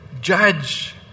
judge